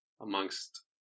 amongst